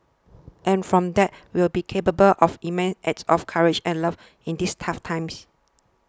and from that we will be capable of immense acts of courage and love in this tough times